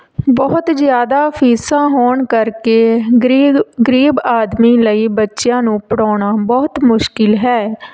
ਬਹੁਤ ਜ਼ਿਆਦਾ ਫੀਸਾਂ ਹੋਣ ਕਰਕੇ ਗਰੀਬ ਗਰੀਬ ਆਦਮੀ ਲਈ ਬੱਚਿਆਂ ਨੂੰ ਪੜ੍ਹਾਉਣਾ ਬਹੁਤ ਮੁਸ਼ਕਿਲ ਹੈ